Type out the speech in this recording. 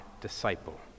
disciple